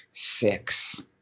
Six